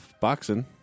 boxing